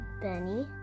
Benny